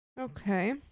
Okay